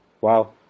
Wow